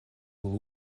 will